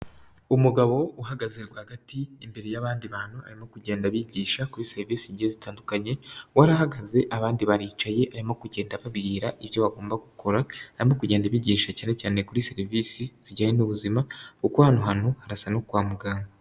Umugabo uhagaze rwagati imbere y'abandi bantu arimo kugenda bigisha kuri serivise zigiye zitandukanye we arahagaze abandi baricaye arimo kugenda ababwira ibyo bagomba gukora, arimo kugenda abigisha cyane cyane kuri serivisi zijyanye n'ubuzima kuko hano hantu harasa nko muganga.